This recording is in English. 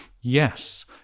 yes